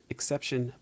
Exception